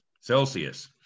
Celsius